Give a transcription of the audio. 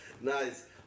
Nice